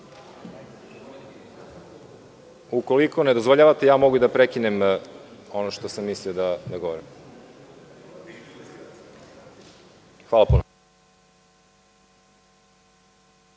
ne dozvoljavate, mogu i da prekinem ono što sam mislio da govorim. Hvala puno.